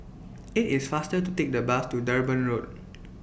IT IS faster to Take The Bus to Durban Road